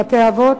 בתי-אבות,